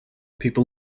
people